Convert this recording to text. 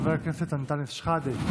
חבר הכנסת אנטאנס שחאדה,